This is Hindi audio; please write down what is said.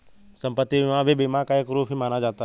सम्पत्ति बीमा भी बीमा का एक रूप ही माना जाता है